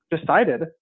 decided